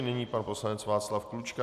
Nyní pan poslanec Václav Klučka.